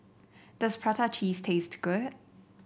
does Prata Cheese taste good